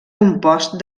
compost